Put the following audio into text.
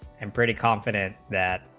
and pretty confident that